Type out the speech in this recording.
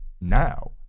now